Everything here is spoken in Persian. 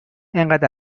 انقد